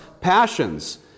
Passions